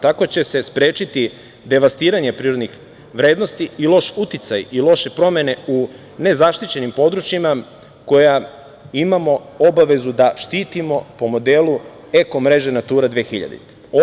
Tako će se sprečiti devastiranje prirodnih vrednosti i loš uticaj i loše promene u nezaštićenim područjima, koja imamo obavezu da štitimo po modelu – eko mreže Natura 2000.